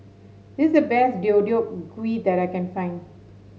this is the best Deodeok Gui that I can find